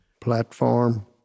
platform